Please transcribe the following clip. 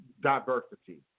diversity